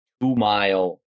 two-mile